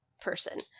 person